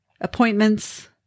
Appointments